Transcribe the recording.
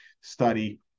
study